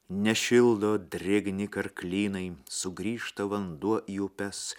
nešildo drėgni karklynai sugrįžta vanduo į upes